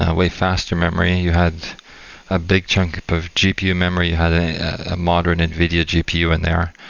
ah way faster memory. you had a big chunk of gpu memory, you had a a modern nvidia gpu in there.